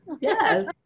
yes